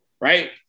right